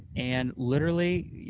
and literally,